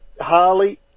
Harley